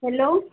hello